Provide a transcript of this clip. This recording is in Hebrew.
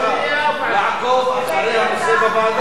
לעקוב אחרי הנושא בוועדה.